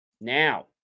Now